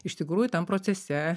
iš tikrųjų tam procese